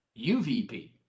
UVP